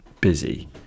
busy